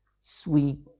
sweet